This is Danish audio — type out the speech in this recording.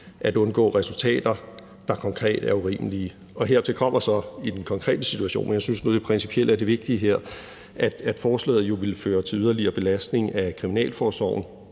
at undgå resultater, der konkret er urimelige. Hertil kommer så i den konkrete situation – men jeg synes nu, at det principielle er det vigtige her – at forslaget jo ville føre til yderligere belastning af kriminalforsorgen